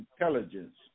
intelligence